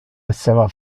esseva